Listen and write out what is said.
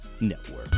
Network